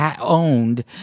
owned